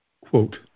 quote